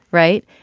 right?